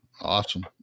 Awesome